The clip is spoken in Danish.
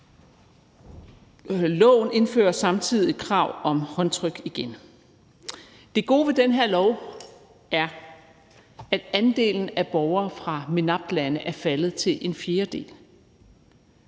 Loven indfører samtidig krav om håndtryk igen. Det gode ved den her lov er, at andelen af borgere fra MENAPT-lande er faldet til en fjerdedel.